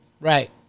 Right